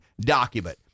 document